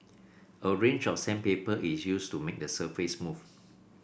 a range of sandpaper is used to make the surface smooth